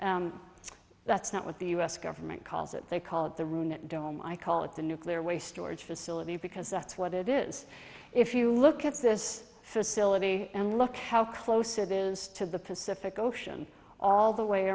facility that's not what the u s government calls it they call it the room that dome i call it the nuclear waste storage facility because that's what it is if you look at this facility and look how close it is to the pacific ocean all the way